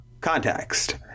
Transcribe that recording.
context